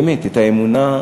באמת, את האמונה.